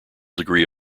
degree